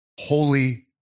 holy